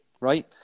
right